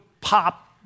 pop